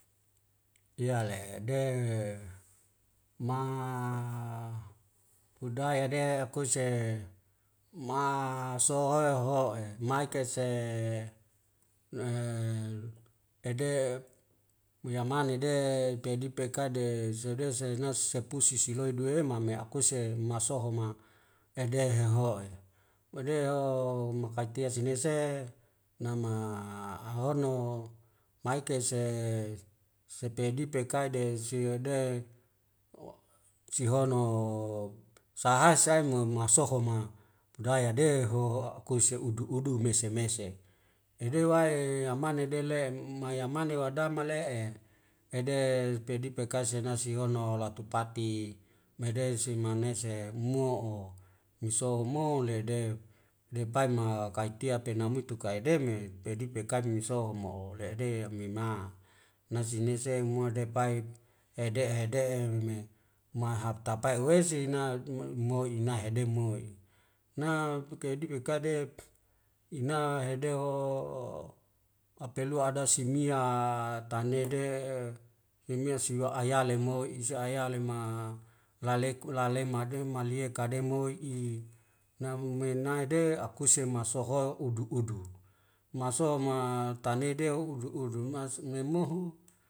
Yale de ma pudaya de akuse ma so hoe ho'e maikese e dede moyamanede pedu peka de sedeu seungas sepu sisi loe due mama e akuse masoho ma edehe heho'e made o makaltia sinese nama ahorno maikkese sepedi tekai de sia de oak sihono sahai sai mohon masoho ma budaya de he ho akuse udu udu mese mese edewae yamanedele em em mayamane wadamale'e ede pedi pekase nasi hono latupati medei si manese mo'o miso mo ledeu lepai ma kai tia tena mitu kai demen pegi pekame miso mo'o le'ede yamima nasi neseng mo depaik ede ede me mahab tapai uwesinn na moi inah demoi na tu kaya dudu dekadek ina hedoho opelua ada simia tanede himia si wa ayale moi isi ayalema laleku lalema demma malie kademo i namu menade akuse masohol udu udu maso ma tanedeu udu udu masnae moho